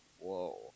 whoa